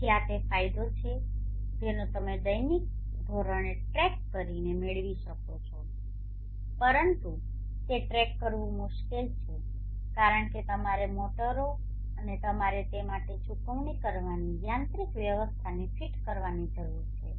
તેથી આ તે ફાયદો છે જેનો તમે તેને દૈનિક ધોરણે ટ્રેક કરીને મેળવી શકો છો પરંતુ તે ટ્રેક કરવું મુશ્કેલ છે કારણ કે તમારે મોટરો અને તમારે તે માટે ચૂકવણી કરવાની યાંત્રિક વ્યવસ્થાને ફીટ કરવાની જરૂર છે